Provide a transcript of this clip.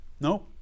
No